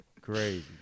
Crazy